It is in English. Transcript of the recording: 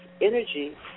energy